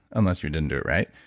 unless you didn't do it right,